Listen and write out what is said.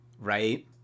right